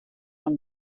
von